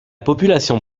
population